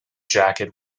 jacket